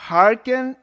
Hearken